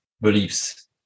beliefs